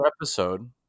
episode